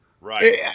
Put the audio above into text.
Right